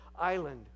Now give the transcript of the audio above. island